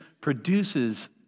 produces